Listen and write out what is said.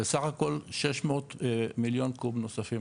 וסך הכל 600 מיליון קוב נוספים.